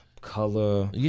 color